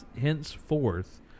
henceforth